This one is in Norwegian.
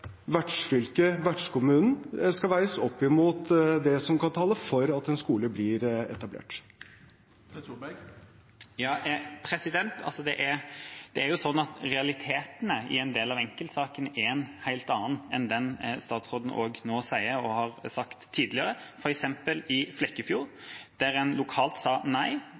vertskommunen, skal veies opp mot det som kan tale for at en skole blir etablert. Realitetene i en del av enkeltsakene er noe helt annet enn det statsråden nå sier, og det han har sagt tidligere. I Flekkefjord, f.eks., sa man lokalt nei. Kunnskapsdepartementet sa